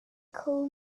call